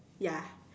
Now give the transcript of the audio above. ya